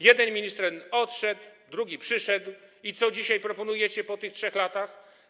Jeden minister odszedł, drugi przyszedł, i co dzisiaj proponujecie po tych 3 latach?